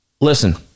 Listen